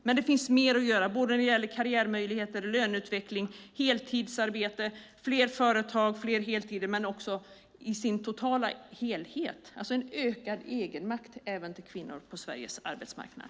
Men det finns mer att göra när det gäller karriärmöjligheter, löneutveckling, heltidsarbete, fler företag, fler heltider, men också i den totala helheten, alltså en ökad egenmakt även till kvinnor på Sveriges arbetsmarknad.